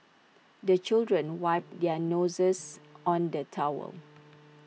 the children wipe their noses on the towel